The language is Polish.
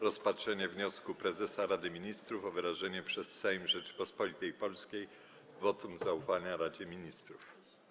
Rozpatrzenie wniosku prezesa Rady Ministrów o wyrażenie przez Sejm Rzeczypospolitej Polskiej wotum zaufania Radzie Ministrów.